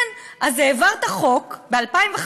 כן, אז העברת חוק ב-2015,